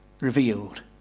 revealed